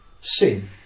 sin